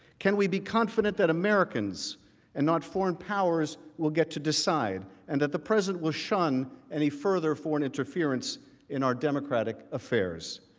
can we be confident that americans and not foreign powers will get to decide and in the president will shun any further foreign interference in our democratic affairs?